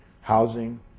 housing